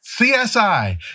CSI